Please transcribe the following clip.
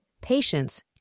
patience